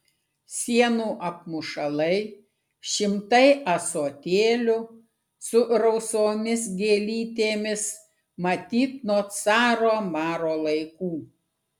sienų apmušalai šimtai ąsotėlių su rausvomis gėlytėmis matyt nuo caro maro laikų